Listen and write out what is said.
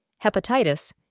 hepatitis